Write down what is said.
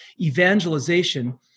Evangelization